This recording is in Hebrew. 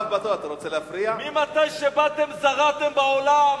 ממתי שבאתם זרעתם בעולם,